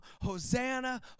Hosanna